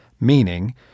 meaning